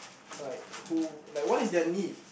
like who like what is their need